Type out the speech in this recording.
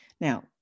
Now